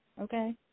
Okay